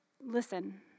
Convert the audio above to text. listen